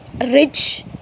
rich